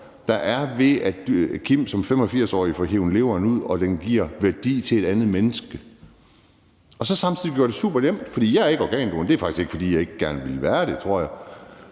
der er, om, at Kim som 85-årig får hevet leveren ud, og at den giver værdi til et andet menneske – og samtidig kunne vi gøre det supernemt. For jeg er ikke organdonor, og det er faktisk ikke, fordi jeg ikke gerne vil være det, men det